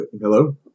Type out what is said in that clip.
hello